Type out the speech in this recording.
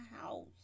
house